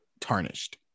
tarnished